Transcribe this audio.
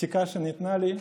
זו סיכה שניתנה לי.